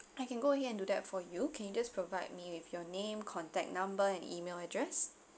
I can go ahead and do that for you can you just provide me with your name contact number and email address